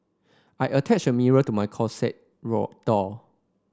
I attached a mirror to my closet raw door